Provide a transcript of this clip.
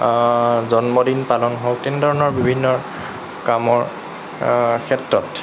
জন্মদিন পালন হওক তেনেধৰণৰ বিভিন্ন কামৰ ক্ষেত্ৰত